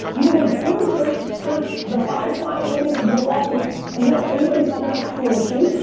you can go to twitter search search the five mile radius of milwaukee and hit up anybody talking about school issues.